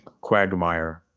quagmire